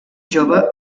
jove